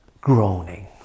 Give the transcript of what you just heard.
groaning